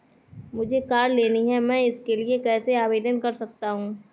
मुझे कार लेनी है मैं इसके लिए कैसे आवेदन कर सकता हूँ?